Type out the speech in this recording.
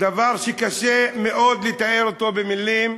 דבר שקשה מאוד לתאר אותו במילים,